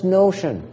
notion